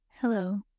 Hello